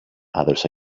others